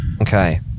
Okay